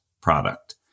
product